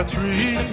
Three